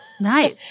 Nice